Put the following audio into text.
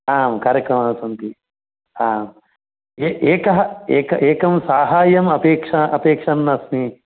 आम् कार्यक्रमाः सन्ति आ एकः एक एकं साहाय्यम् अपेक्षा अपेक्षन् अस्मि